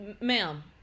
ma'am